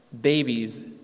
babies